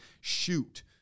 shoot